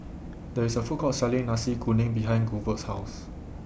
There IS A Food Court Selling Nasi Kuning behind Hurbert's House